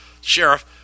sheriff